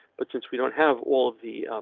but since we don't have all of the